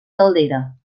caldera